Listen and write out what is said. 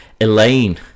Elaine